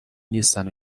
نیستن